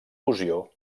fusió